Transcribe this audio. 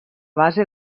base